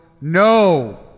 no